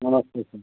नमस्ते सर